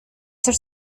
ser